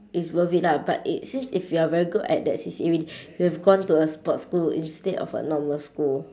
it's worth it lah but it since if you're very good at that C_C_A already you've gone to a sports school instead of a normal school